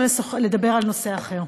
לדבר על נושא אחר.